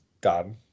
done